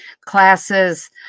classes